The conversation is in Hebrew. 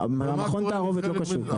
מכון התערובת לא קשור.